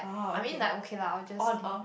I mean like okay lah I'll just if